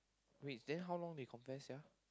wait then how long they confess sia